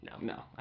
No